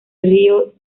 río